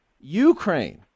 Ukraine